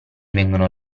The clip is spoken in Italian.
vengono